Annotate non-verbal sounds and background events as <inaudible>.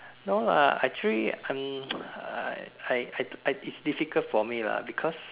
no lah actually I'm <noise> I I I is difficult for me lah because